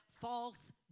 false